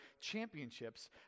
championships